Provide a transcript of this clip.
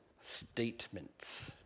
statements